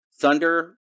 Thunder